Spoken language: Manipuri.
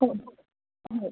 ꯍꯣꯏ ꯍꯣꯏ